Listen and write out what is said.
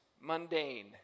mundane